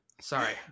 Sorry